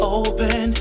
open